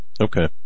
Okay